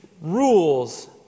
Rules